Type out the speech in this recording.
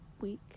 week